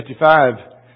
55